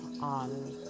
on